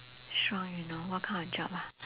shrunk you know what kind of job ah